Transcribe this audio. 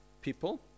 people